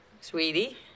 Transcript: Sweetie